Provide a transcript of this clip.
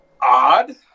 odd